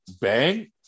bang